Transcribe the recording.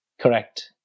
Correct